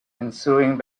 ensuing